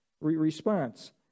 response